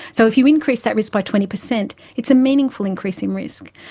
so if you increase that risk by twenty percent, it's a meaningful increase in risk.